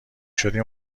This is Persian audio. شدی